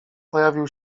pojawił